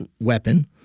weapon